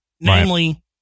namely